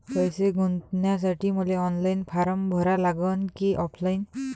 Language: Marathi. पैसे गुंतन्यासाठी मले ऑनलाईन फारम भरा लागन की ऑफलाईन?